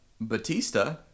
Batista